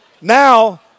now